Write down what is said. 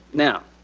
now,